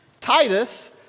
Titus